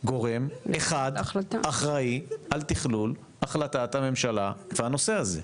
גורם אחד אחראי על תכלול החלטת הממשלה והנושא הזה.